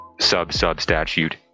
Sub-substatute